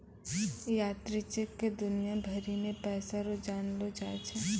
यात्री चेक क दुनिया भरी मे पैसा रो जानलो जाय छै